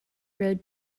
road